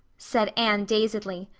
said anne dazedly.